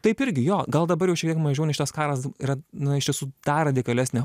taip irgi jo gal dabar jau šiek tiek mažiau nei šitas karas yra na iš tiesų dar radikalesnio